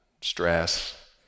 stress